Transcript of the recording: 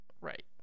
right